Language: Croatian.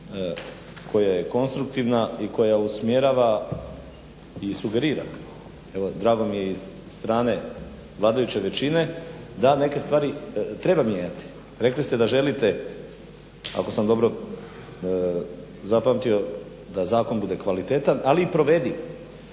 koja je konstruktivna i koja usmjerava i sugerira evo drago mi je i od strane vladajuće većine da neke stvari treba mijenjati. Rekli ste da želite ako sam dobro zapamtio da zakon bude kvalitetan, ali i provediv.